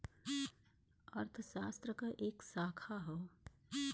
अर्थशास्त्र क एक शाखा हौ